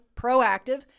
proactive